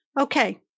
Okay